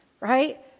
Right